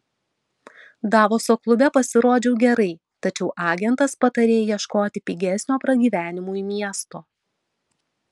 davoso klube pasirodžiau gerai tačiau agentas patarė ieškoti pigesnio pragyvenimui miesto